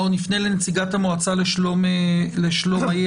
רשות הדיבור לנציגת המועצה לשלום הילד,